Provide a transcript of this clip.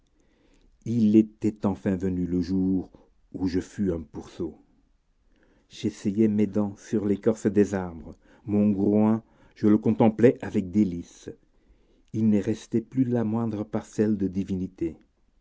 il était enfin venu le jour où je fus un pourceau j'essayais mes dents sur l'écorce des arbres mon groin je le contemplais avec délice il ne restait plus la moindre parcelle de divinité